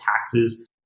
taxes